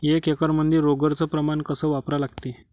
एक एकरमंदी रोगर च प्रमान कस वापरा लागते?